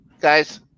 guys